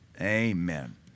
Amen